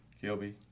Kilby